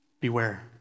Beware